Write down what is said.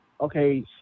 okay